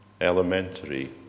elementary